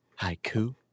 Haiku